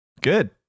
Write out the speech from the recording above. Good